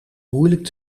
moeilijk